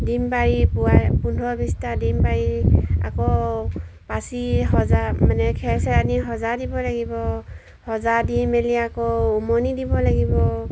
ডিম পাৰি পুৱাই পোন্ধৰ বিছটা ডিম পাৰি আকৌ পাঁচি সজা মানে খেৰ চেৰ আনি সজা দিব লাগিব সজা দি মেলি আকৌ উমনি দিব লাগিব